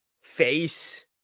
face